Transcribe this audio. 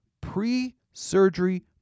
pre-surgery